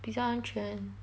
比较安全